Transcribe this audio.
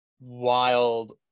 wild